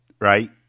right